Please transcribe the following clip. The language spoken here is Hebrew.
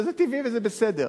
וזה טבעי וזה בסדר.